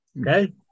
Okay